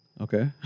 Okay